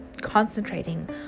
concentrating